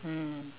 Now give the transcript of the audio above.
mm